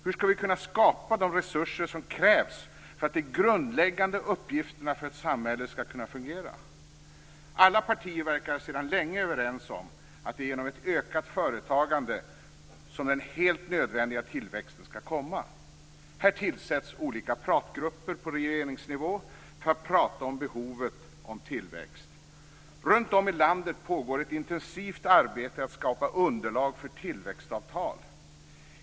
Hur skall vi kunna skapa de resurser som krävs för att de grundläggande uppgifterna för ett samhälle skall kunna fungera? Alla partier verkar sedan länge överens om att det är genom ett ökat företagande som den helt nödvändiga tillväxten skall komma. Här tillsätts olika pratgrupper på regeringsnivå för att prata om behovet av tillväxt. Runtom i landet pågår ett intensivt arbete för att skapa underlag för tillväxtavtal.